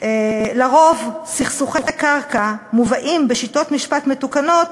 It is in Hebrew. "לרוב, סכסוכי קרקע מובאים בשיטות משפט מתוקנות